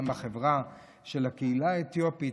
גם בחברה של הקהילה האתיופית,